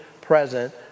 present